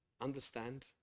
understand